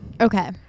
okay